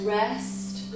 rest